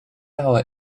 our